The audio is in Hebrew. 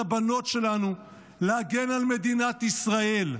הבנות שלנו --- להגן על מדינת ישראל".